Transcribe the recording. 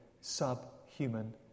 subhuman